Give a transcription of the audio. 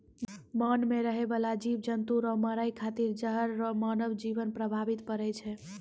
मान मे रहै बाला जिव जन्तु रो मारै खातिर जहर से मानव जिवन प्रभावित पड़ै छै